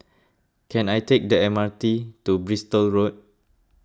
can I take the M R T to Bristol Road